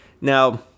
now